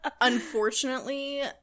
Unfortunately